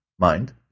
mind